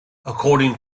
according